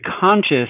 conscious